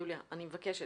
יוליה, אני מבקשת.